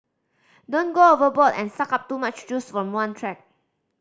don't go overboard and suck up too much juice from one track